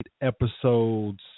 episodes